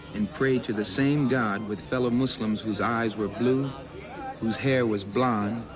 and prayed to the same god with fellow muslims whose eyes were blue, whose hair was blond,